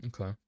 Okay